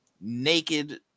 naked